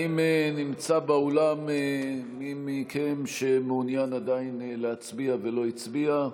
האם נמצא באולם מי מכם שמעוניין עדיין להצביע ולא הצביע?